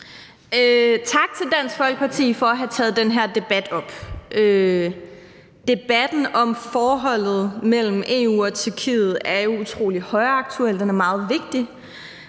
Tak til Dansk Folkeparti for at have taget den her debat op. Debatten om forholdet mellem EU og Tyrkiet er jo utrolig højaktuel, den er meget vigtig,